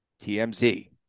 TMZ